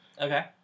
Okay